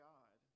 God